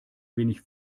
wenig